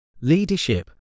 Leadership